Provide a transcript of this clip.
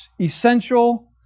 essential